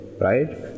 Right